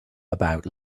about